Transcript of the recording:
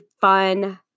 fun